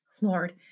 Lord